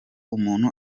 umuntu